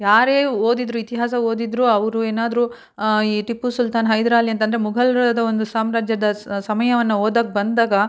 ಯಾರೇ ಓದಿದ್ದರು ಇತಿಹಾಸ ಓದಿದ್ದರು ಅವರು ಏನಾದರೂ ಈ ಟಿಪ್ಪು ಸುಲ್ತಾನ್ ಹೈದ್ರಾಲಿ ಅಂತ ಅಂದ್ರೆ ಮೊಘಲ್ರದ ಒಂದು ಸಾಮ್ರಾಜ್ಯದ ಸಮಯವನ್ನು ಓದೋಕೆ ಬಂದಾಗ